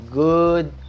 good